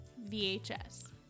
VHS